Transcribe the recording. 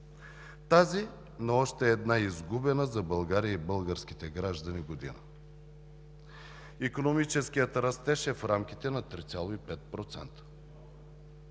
тази на още една изгубена за България и българските граждани година. Икономическият растеж е в рамките на 3,5%